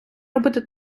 робити